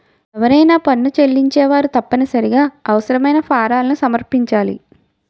ఎవరైనా పన్ను చెల్లించేవారు తప్పనిసరిగా అవసరమైన ఫారాలను సమర్పించాలి